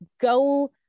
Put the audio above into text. go